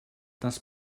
das